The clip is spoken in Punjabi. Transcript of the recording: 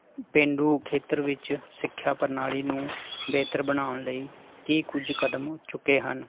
ਪੇਂਡੂ ਖੇਤਰ ਵਿੱਚ ਸਿੱਖਿਆ ਪ੍ਰਣਾਲੀ ਨੂੰ ਬਿਹਤਰ ਬਣਾਉਣ ਲਈ ਕੀ ਕੁਝ ਕਦਮ ਚੁੱਕੇ ਹਨ